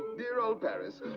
dear old paris.